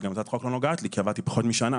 הצעת החוק לא נוגעת לי כי עבדתי פחות משנה.